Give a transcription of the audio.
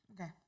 okay